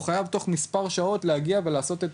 הוא חייב בתוך מספר שעות להגיע ולעשות את